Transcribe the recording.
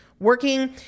working